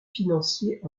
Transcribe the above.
financier